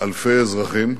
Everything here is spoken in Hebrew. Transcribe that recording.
אלפי אזרחים,